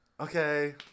Okay